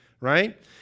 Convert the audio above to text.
right